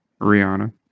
Rihanna